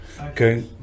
Okay